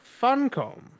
Funcom